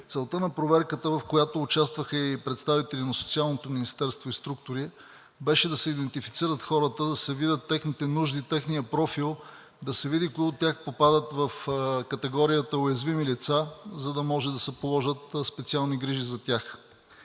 Целта на проверката, в която участваха и представители на Социалното министерство и структури, беше да се идентифицират хората, да се видят техните нужди, техният профил, да се види кои от тях попадат в категорията уязвими лица, за да може да се положат специални грижи за тях.